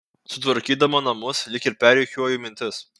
sutvarkydama namus lyg ir perrikiuoju mintis